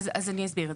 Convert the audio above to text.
אז אני אסביר.